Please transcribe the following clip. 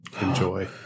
enjoy